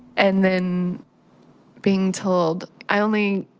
and then being told i only